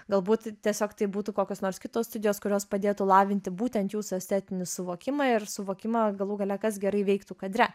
galbūt tiesiog tai būtų kokios nors kitos studijos kurios padėtų lavinti būtent jūsų estetinį suvokimą ir suvokimą galų gale kas gerai veiktų kadre